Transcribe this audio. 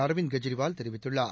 அரவிந்த் கெஜ்ரிவால் தெரிவித்துள்ளார்